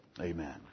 Amen